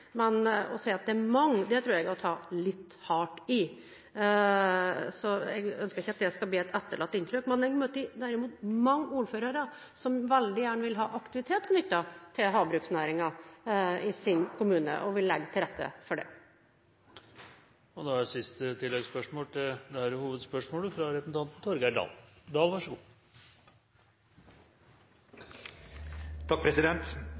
men å si at det er mange, tror jeg er å ta litt hardt i, så jeg ønsker ikke at det skal bli et etterlatt inntrykk. Jeg møter derimot mange ordførere som veldig gjerne vil ha aktivitet knyttet til havbruksnæringen i sin kommune, og vil legge til rette for det. Torgeir Dahl – til siste oppfølgingsspørsmål. Da må jeg innrømme at jeg er